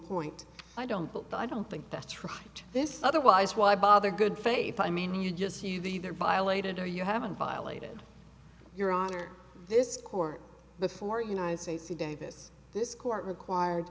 point i don't but i don't think that's right this otherwise why bother good faith i mean you just see the they're violated or you haven't violated your honor this court before united states who davis this court required